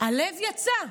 הלב יצא.